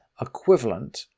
equivalent